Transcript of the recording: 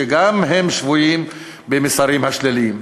שגם הם שבויים במסרים השליליים.